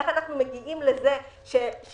איך אנחנו מגיעים לזה שאנשים